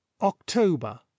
October